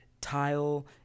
Tile